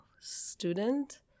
student